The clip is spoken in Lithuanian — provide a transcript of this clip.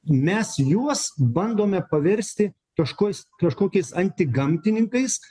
mes juos bandome paversti kažkois kažkokiais antigamtininkais